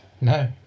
No